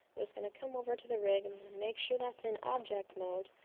just going to come over to the rig and make sure that's in object mode.